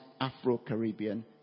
Afro-Caribbean